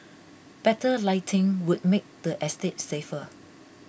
better lighting would make the estate safer